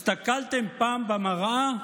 הסתכלתם פעם במראה?